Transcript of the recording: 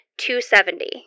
270